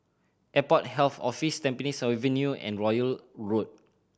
Airport Health Office Tampines Avenue and Royal Road